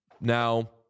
now